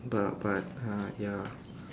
but but uh ya